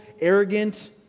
arrogant